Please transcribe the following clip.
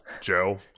Joe